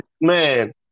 man